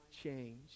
change